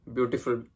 Beautiful